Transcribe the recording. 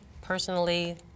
personally